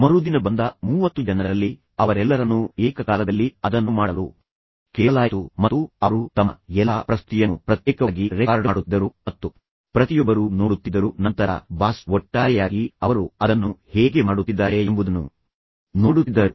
ಮರುದಿನ ಬಂದ 30 ಜನರಲ್ಲಿ ಅವರೆಲ್ಲರನ್ನೂ ಏಕಕಾಲದಲ್ಲಿ ಅದನ್ನು ಮಾಡಲು ಕೇಳಲಾಯಿತು ಮತ್ತು ಅವರು ತಮ್ಮ ಎಲ್ಲಾ ಪ್ರಸ್ತುತಿಯನ್ನು ಪ್ರತ್ಯೇಕವಾಗಿ ರೆಕಾರ್ಡ್ ಮಾಡುತ್ತಿದ್ದರು ಮತ್ತು ಪ್ರತಿಯೊಬ್ಬರೂ ನೋಡುತ್ತಿದ್ದರು ನಂತರ ಬಾಸ್ ಒಟ್ಟಾರೆಯಾಗಿ ಅವರು ಅದನ್ನು ಹೇಗೆ ಮಾಡುತ್ತಿದ್ದಾರೆ ಎಂಬುದನ್ನು ನೋಡುತ್ತಿದ್ದರು